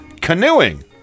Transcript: canoeing